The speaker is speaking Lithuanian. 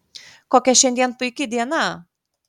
kokia šiandien puiki diena